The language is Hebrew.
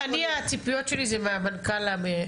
הציפיות שלי הן מהמנכ"ל הקיים,